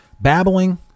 babbling